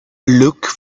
look